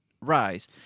rise